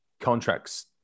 contracts